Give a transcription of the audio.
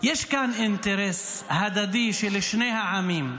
יש כאן אינטרס הדדי, של שני העמים,